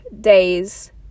days